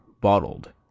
Bottled